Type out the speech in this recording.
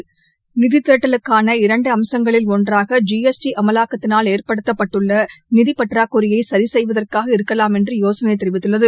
இந்த நிதி திரட்டுதலுக்கான இரண்டு அம்சங்களில் ஒன்றாக ஜ எஸ்டி அமலாக்கத்தினால் ஏற்பட்டுள்ள நிதி பற்றாக்குறையை சி செய்வதற்காக இருக்கலாம் என்று யோசனை தெரிவித்துள்ளது